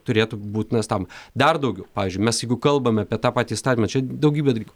turėtų būtinas tam dar daugiau pavyzdžiui mes jeigu kalbame apie tą patį įstatymą čia daugybė dalykų